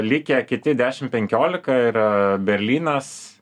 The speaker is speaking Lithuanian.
likę kiti dešim penkiolika yra berlynas